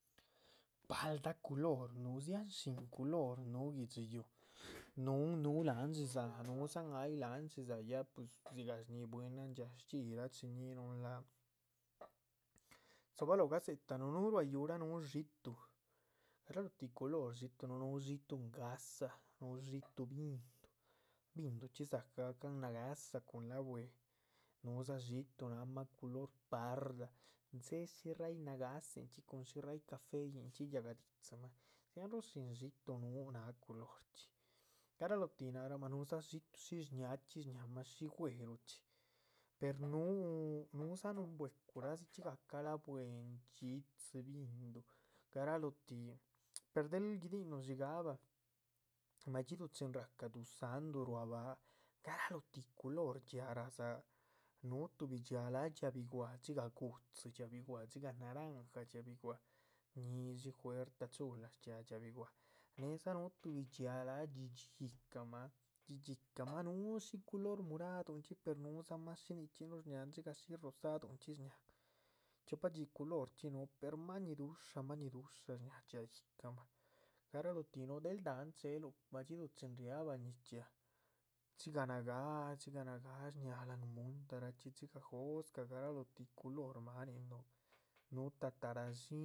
Paldáh culor núh dzian shín culor núh guihdxi yuuh núhun núh láhan dhxizáa, núhudzan hay láhan dhxizáa ya puis dzigah shñihi bwínahn dxiash chxíyic rachiñinuhun láac. dzoba loho gadzetanuh nuhu ruá yúhuraa núh xiitu, garalo tih culor xiitu núhu xiitu ngáhsa núh xiitu bindu, binduchxí dza´cah gacahn nagáhsa cun la´bue, núhudza. xiitu náhma culor pardah dze´ shi ráyih nagáhdza chxí cun shí ráyih caféyinchxi yáhga didzimah, dzianróh shín xiitu núh náh culorchxí garalóh tih náhramah. núdza xiitu shísh shñáahchxi shñámah shi güeruchxi per núhu nudza núhun bwecuraa dzichxí gahca la´bue, nchxídzi, binduh, garalóh tih, per del guidihinuh dxíigahba. madxiduhu chin ra´cah duzáhndu, ruá báha garáloh tíh culor dxiáac radzáah núh tuhbi dxíc láha dxíaac bi´wah, dxigah gu´dzi dxíaac bi´wah, dxigah naranja. dxíaac bi´wah ñi´dxi, juertah chula shchiáha dxíaac bi´wah, néhdza núhu tuhbi dxiáac láha dxídhxidhxi yíhcamah, dxídhxidhxi yíhcamah núhu shí culor muradunchxí. per núhudzamah shí nichxín shñáhan, dxigah shí rosadunchxi shñahan chiopadxi culorchxí núhu per máhñi dusha, máhñi dusha shñaha dxiáac yíhcamah, garalóh tih núhu. del dahán che´luh madxíduhu chin riahba ñiz chxiaa dxigah nagáa dxigah nagáa shñáha lahan muntarachxí dzigah jóscah garalotih culor manin núh, núh tatara´dxin